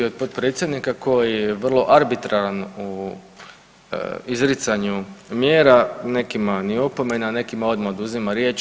od predsjednika koji je vrlo arbitraran u izricanju mjera nekima ni opomena, nekima odmah oduzima riječ.